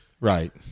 Right